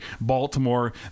Baltimore